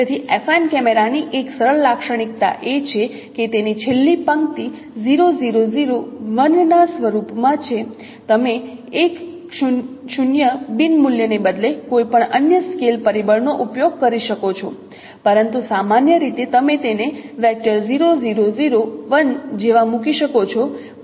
તેથીએફાઇન કેમેરાની એક સરળ લાક્ષણિકતા એ છે કે તેની છેલ્લી પંક્તિ 0 0 0 1 ના સ્વરૂપમાં છે તમે એક શૂન્ય બિન મૂલ્યને બદલે કોઈપણ અન્ય સ્કેલ પરિબળનો ઉપયોગ કરી શકો છો પરંતુ સામાન્ય રીતે તમે તેને 0 0 0 1 જેવા મૂકી શકો છો